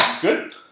Good